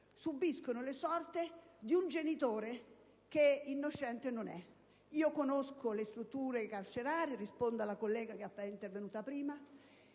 subiscono la sorte di un genitore che innocente non è. Conosco le strutture carcerarie - rispondo alla collega che è intervenuta prima